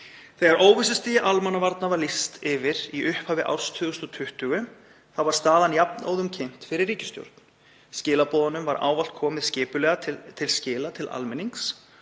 Þegar óvissustigi almannavarna var lýst yfir í upphafi árs 2020 var staðan jafnóðum kynnt fyrir ríkisstjórn. Skilaboðunum var ávallt komið skipulega til skila til almennings